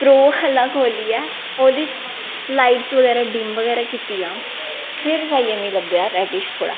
pro आह्ला खोल्लियै ओह्दी लाइटस बगैरा डिम गै कीतियां फिर जाइयै मिगी लब्भेआ रैडिश थोह्ड़ा